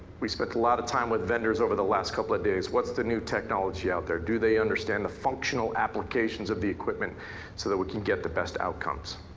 we spend a lot of time with vendors over the last couple of days, what's the new technology out there, do they understand the functional applications of the equipment so that we can get the best outcomes.